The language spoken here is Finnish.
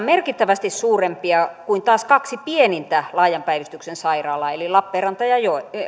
merkittävästi suurempia kuin taas kaksi pienintä laajan päivystyksen sairaalaa eli lappeenranta ja